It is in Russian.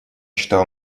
читал